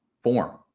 form